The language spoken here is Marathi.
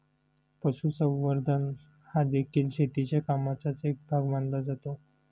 पशुसंवर्धन हादेखील शेतीच्या कामाचाच एक भाग मानला जातो